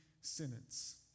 sentence